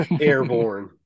Airborne